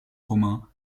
romain